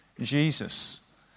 Jesus